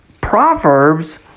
Proverbs